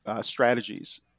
strategies